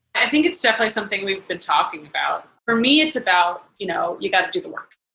i think it's definitely something we've been talking about. for me, it's about you know you've got to do the work.